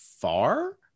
far